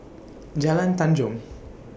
Jalan Tanjong